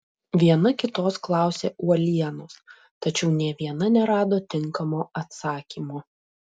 viena kitos klausė uolienos tačiau nė viena nerado tinkamo atsakymo